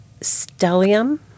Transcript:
stellium